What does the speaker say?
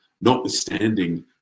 notwithstanding